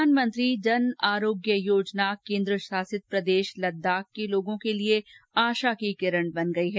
प्रधानमंत्री जन आरोग्य योजना केन्द्रशासित प्रदेश लद्दाख के लोगों के लिए आशा की किरण बन गई है